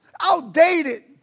outdated